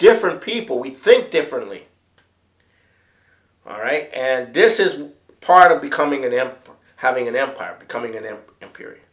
different people we think differently all right and this is part of becoming an amp having an empire becoming an